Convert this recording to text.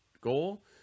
goal